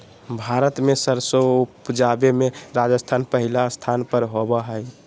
भारत मे सरसों उपजावे मे राजस्थान पहिल स्थान पर आवो हय